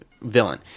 villain